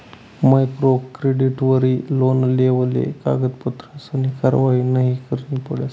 micro क्रेडिटवरी loan लेवाले कागदपत्रसनी कारवायी नयी करणी पडस